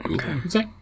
Okay